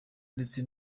ndetse